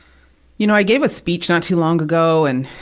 you know, i gave a speech not too long ago, and